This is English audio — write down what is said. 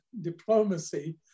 diplomacy